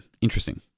interesting